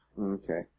Okay